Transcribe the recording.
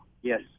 Yes